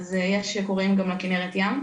אז יש שקוראים גם לכנרת ים.